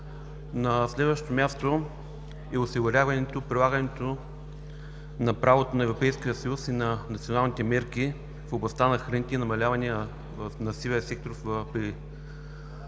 На следващо място е прилагането на правото на Европейския съюз и на националните мерки в областта на храните и намаляване на сивия сектор при